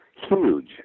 Huge